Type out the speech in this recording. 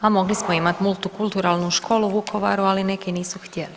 Pa mogli smo imati multikulturalnu školu u Vukovaru, ali neki nisu htjeli.